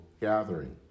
gathering